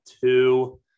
two